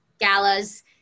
galas